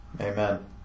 Amen